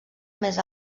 més